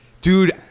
Dude